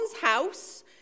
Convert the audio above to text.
house